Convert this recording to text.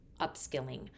upskilling